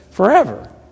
forever